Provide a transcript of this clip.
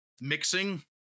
mixing